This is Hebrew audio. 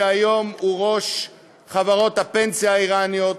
שהיום הוא ראש חברות הפנסיה האיראניות,